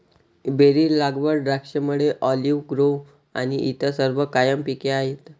berry लागवड, द्राक्षमळे, olive grove आणि इतर सर्व कायम पिके आहेत